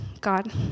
God